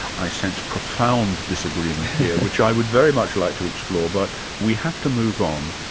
i sense profound disagreement here which i would very much like to explore but we have to move on.